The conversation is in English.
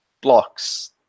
blocks